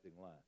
life